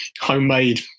homemade